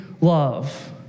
love